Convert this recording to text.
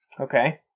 Okay